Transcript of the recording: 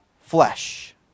flesh